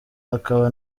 hakaba